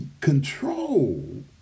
control